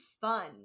fun